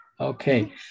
Okay